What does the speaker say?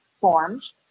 forms